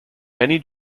many